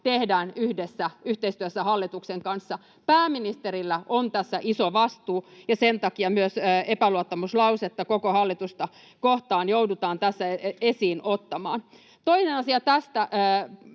yhdessä, yhteistyössä hallituksen kanssa. Pääministerillä on tässä iso vastuu, ja sen takia myös epäluottamuslausetta koko hallitusta kohtaan joudutaan tässä esiin ottamaan. Toinen asia tästä